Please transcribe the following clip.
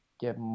get